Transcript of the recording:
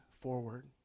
forward